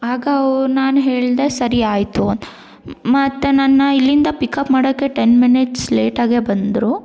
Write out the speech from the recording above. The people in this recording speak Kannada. ಆಗ ಅವ್ ನಾನು ಹೇಳಿದೆ ಸರಿ ಆಯಿತು ಅಂತ ಮತ್ತೆ ನನ್ನ ಇಲ್ಲಿಂದ ಪಿಕ್ ಅಪ್ ಮಾಡೋಕೆ ಟೆನ್ ಮಿನಿಟ್ಸ್ ಲೇಟಾಗಿಯೇ ಬಂದರು